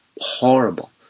horrible